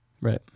Right